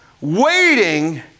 waiting